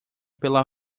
pela